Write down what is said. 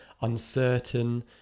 uncertain